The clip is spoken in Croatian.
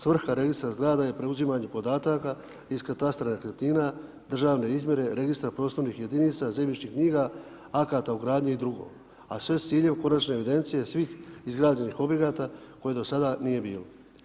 Svrha registra zgrada je preuzimanje podataka iz katastra nekretnina, državne izmjere, registra prostornih jedinica, zemljišnih knjiga, akata ugradnje i drugo a sve s ciljem konačne evidencije svih izgrađenih objekata koje dosada nije bilo.